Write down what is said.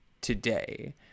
today